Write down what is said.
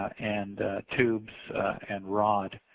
and tubes and rod.